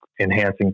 enhancing